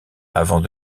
avant